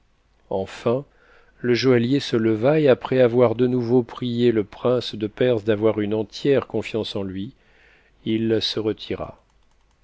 enfin le joaillier se leva et après avoir de nouveau prié le prince de perse d'avoir une entière confiance en ui i se retira